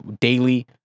daily